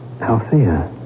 Althea